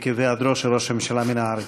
עקב היעדרו של ראש הממשלה מהארץ.